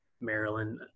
Maryland